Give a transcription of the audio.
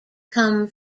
come